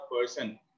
person